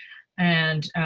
and